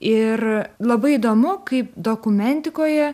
ir labai įdomu kaip dokumentikoje